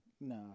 No